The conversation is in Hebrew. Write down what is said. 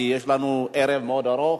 כי יש לנו ערב מאוד ארוך.